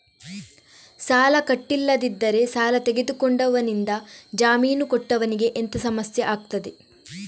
ಸಾಲ ಕಟ್ಟಿಲ್ಲದಿದ್ದರೆ ಸಾಲ ತೆಗೆದುಕೊಂಡವನಿಂದ ಜಾಮೀನು ಕೊಟ್ಟವನಿಗೆ ಎಂತ ಸಮಸ್ಯೆ ಆಗ್ತದೆ?